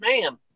man